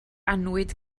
annwyd